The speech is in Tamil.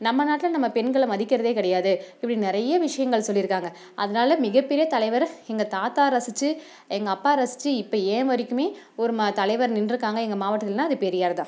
நம்ம நாட்டில் நம்ம பெண்களை மதிக்கிறதே கிடையாது இப்படி நிறைய விஷயங்கள் சொல்லியிருக்காங்க அதனால மிகப் பெரிய தலைவர் எங்கள் தாத்தா ரசித்து எங்கள் அப்பா ரசித்து இப்போ ஏன் வரைக்குமே ஒரு ம தலைவர் நின்றுக்காங்க எங்கள் மாவட்டத்திலைனா அது பெரியார் தான்